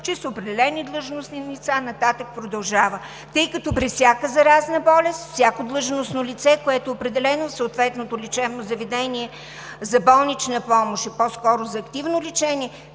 чрез определени длъжностни лица…“ и нататък продължава. Тъй като при всяка заразна болест всяко длъжностно лице, което е определено в съответното лечебно заведение за болнична помощ е по-скоро за активно лечение,